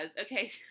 okay